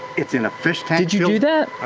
it's in a fish tank did you do that?